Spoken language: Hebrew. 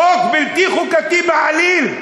חוק בלתי חוקתי בעליל.